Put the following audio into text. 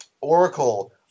Oracle